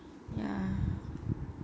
ya